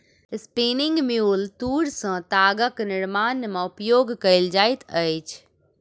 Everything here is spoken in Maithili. स्पिनिंग म्यूल तूर सॅ तागक निर्माण में उपयोग कएल जाइत अछि